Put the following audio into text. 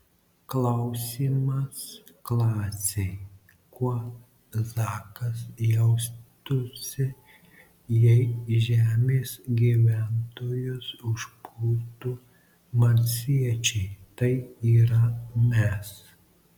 klausimas klasei kuo zakas jaustųsi jei žemės gyventojus užpultų marsiečiai tai yra mes